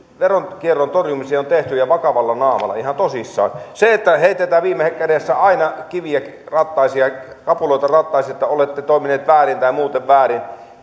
veronkierron torjumiseksi on tehty ja vakavalla naamalla ihan tosissaan sellaista menettelyä minä en oikein ymmärrä että heitetään viime kädessä aina kiviä ja kapuloita rattaisiin että olette toimineet väärin